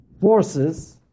forces